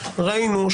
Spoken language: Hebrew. ראינו,